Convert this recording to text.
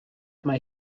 mae